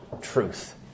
truth